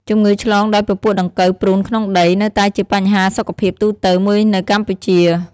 ជំងឺឆ្លងដោយពពួកដង្កូវព្រូនក្នុងដី នៅតែជាបញ្ហាសុខភាពទូទៅមួយនៅកម្ពុជា។